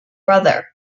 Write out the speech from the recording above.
brother